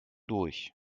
durch